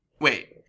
Wait